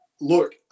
look